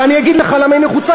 ואני אגיד לך למה היא נחוצה,